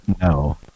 No